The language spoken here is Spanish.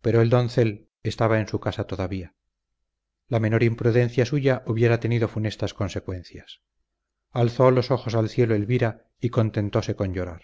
pero el doncel estaba en su casa todavía la menor imprudencia suya hubiera tenido funestas consecuencias alzó los ojos al cielo elvira y contentóse con llorar